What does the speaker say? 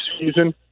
season